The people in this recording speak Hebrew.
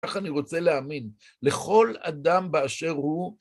כך אני רוצה להאמין, לכל אדם באשר הוא,